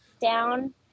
down